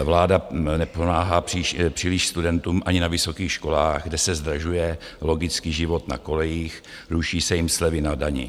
Vláda nepomáhá příliš studentům ani na vysokých školách, kde se zdražuje logicky život na kolejích, ruší se jim slevy na dani.